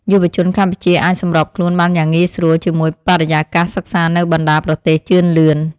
យុវជនកម្ពុជាអាចសម្របខ្លួនបានយ៉ាងងាយស្រួលជាមួយបរិយាកាសសិក្សានៅបណ្តាប្រទេសជឿនលឿន។